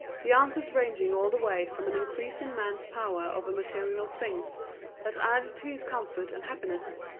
the answers ranging all the way from an increase in man's power over material things that add to his comfort and happiness,